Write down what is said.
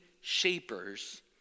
shapers